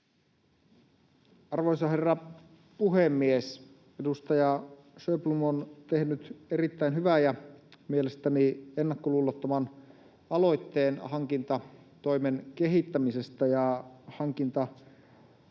Arvoisa herra puhemies! Edustaja Sjöblom on tehnyt erittäin hyvän ja mielestäni ennakkoluulottoman aloitteen hankintatoimen kehittämisestä. Hankintatoimi